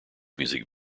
music